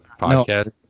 podcast